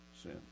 sin